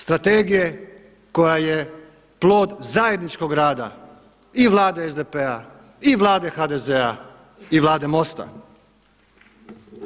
Strategije koja je plod zajedničkog rada i Vlade SDP-a i Vlade HDZ-a i Vlade MOST-a.